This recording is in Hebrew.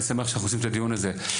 אני שמח שאני שאנחנו עושים את הדיון הזה.